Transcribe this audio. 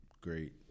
Great